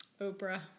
Oprah